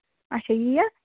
اَچھا یی یا